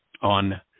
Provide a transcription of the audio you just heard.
on